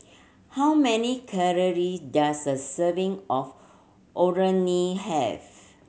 how many calorie does a serving of Orh Nee have